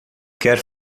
quer